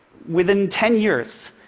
within ten years,